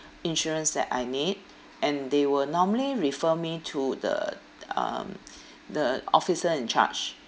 insurance that I need and they will normally refer me to the um the officer in charge